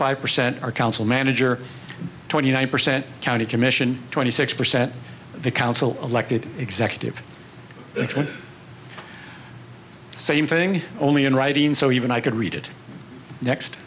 five percent are council manager twenty nine percent county commission twenty six percent the council elected executive same thing only in writing so even i could read it next